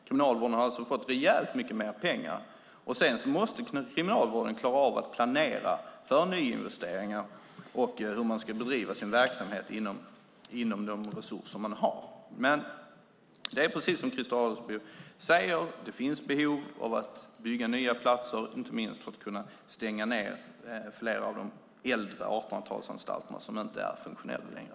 Kriminalvården har alltså fått rejält mycket mer pengar, men sedan måste de klara av att planera för nyinvesteringar och hur de ska bedriva sin verksamhet inom ramen för resurserna. Det är som Christer Adelsbo säger: Det finns behov av att bygga nya platser, inte minst för att kunna stänga ned flera av 1800-talsanstalterna som inte är funktionella längre.